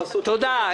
תודה.